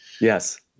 Yes